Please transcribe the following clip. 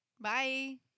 Bye